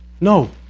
No